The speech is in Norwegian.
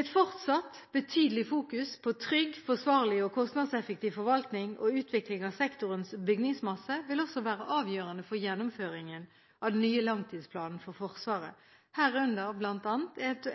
Et fortsatt betydelig fokus på en trygg, forsvarlig og kostnadseffektiv forvaltning og utvikling av sektorens bygningsmasse vil også være avgjørende for gjennomføringen av den nye langtidsplanen for Forsvaret, herunder bl.a.